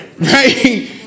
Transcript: Right